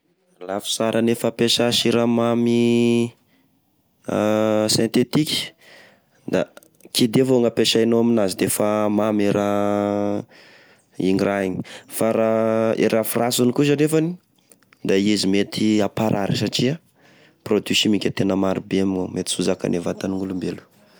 E lafinsarane fampiasa siramamy a sentetika da kidy evao gny ampisainao aminazy defa mamy e raha, iny raha iny, fa raha, e lafy rasiny kosa anefany da izy mety aparary satria, produit chimique e tena maro be amign'ny ao, mety sy ho zakane vatan'olombelo.